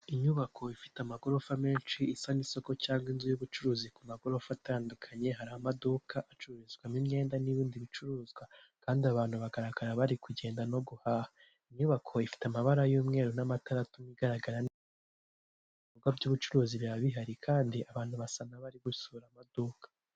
Inyubako ifite amagorofa menshi isa n'isoko cyangwa inzu y'ubucuruzi ku magorofa atandukanye, hari amaduka acururizwamo imyenda n'ibindi bicuruzwa, kandi abantu bagaragara bari kugenda no inyubako ifite amabara y'umweru n'amatara atuma igaragara n'ibikorwa by'ubucuruzi biba bihari kandi abantu basa n'abari gusura amaduka.